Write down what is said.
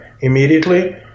immediately